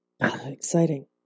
Exciting